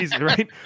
right